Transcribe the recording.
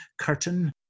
curtain